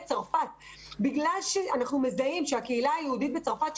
צרפת בגלל שאנחנו מזהים שהקהילה היהודית בצרפת,